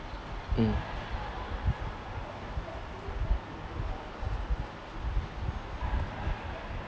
mm